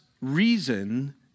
reason